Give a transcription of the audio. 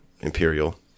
Imperial